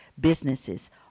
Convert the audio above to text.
businesses